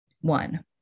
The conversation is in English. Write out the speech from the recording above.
One